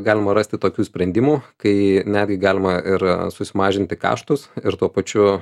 galima rasti tokių sprendimų kai netgi galima ir susimažinti kaštus ir tuo pačiu